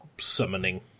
summoning